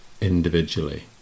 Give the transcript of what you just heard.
individually